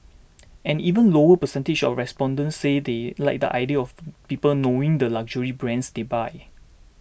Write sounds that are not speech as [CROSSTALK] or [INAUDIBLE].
[NOISE] an even lower percentage of respondents said they like the idea of people knowing the luxury brands they buy